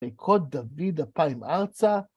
ויקוד דוד אפיים ארצה.